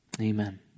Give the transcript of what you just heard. Amen